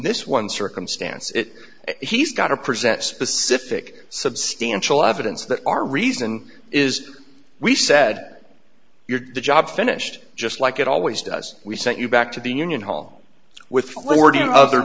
this one circumstance it he's got a present specific substantial evidence that our reason is we said your job finished just like it always does we sent you back to the union hall with